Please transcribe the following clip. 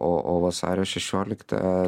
o o vasario šešiolikta